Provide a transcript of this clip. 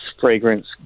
fragrance